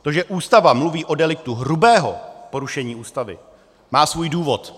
To, že Ústava mluví o deliktu hrubého porušení Ústavy, má svůj důvod.